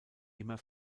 immer